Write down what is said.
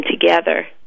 together